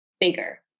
bigger